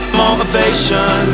motivation